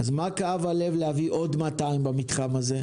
אז מה כאב הלב להביא עוד 200 במתחם הזה?